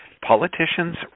Politicians